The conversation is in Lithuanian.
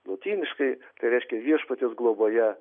lotyniškai tai reiškia viešpaties globoje